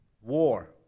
war